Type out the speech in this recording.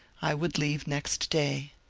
i would leave next day.